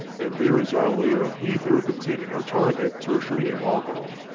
and there is our layer of ether containing our target target t-amyl alcohol.